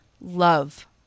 love